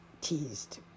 teased